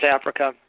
Africa